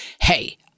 hey